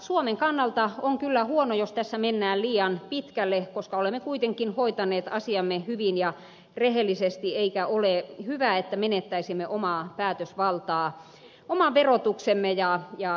suomen kannalta on kyllä huono asia jos tässä mennään liian pitkälle koska olemme kuitenkin hoitaneet asiamme hyvin ja rehellisesti eikä ole hyvä että menettäisimme omaa päätösvaltaa oman verotuksemme ja budjettimme määräämisestä